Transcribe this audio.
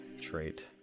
trait